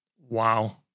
wow